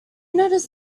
notice